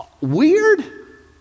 weird